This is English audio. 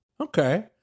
okay